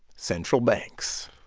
central banks